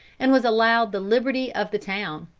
and was allowed the liberty of the town.